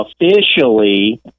officially